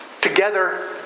together